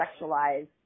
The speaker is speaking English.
sexualized